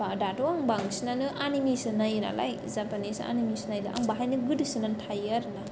दाथ' आं बांसिनानो आनिमिसो नायोनालाय जापानिस आनिमिसो नायो आं बाहायनो गोदोसोनानै थायो आरो ना